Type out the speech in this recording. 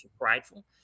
prideful